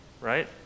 right